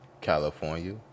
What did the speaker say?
California